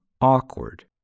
awkward